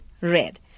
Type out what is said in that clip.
Red